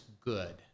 good